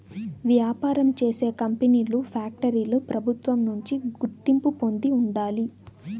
వ్యాపారం చేసే కంపెనీలు ఫ్యాక్టరీలు ప్రభుత్వం నుంచి గుర్తింపు పొంది ఉండాలి